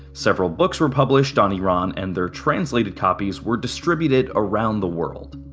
several books were published on iran and their translated copies were distributed around the world.